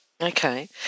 Okay